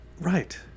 Right